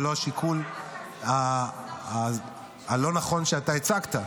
ולא השיקול הלא נכון שאתה הצגת.